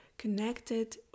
connected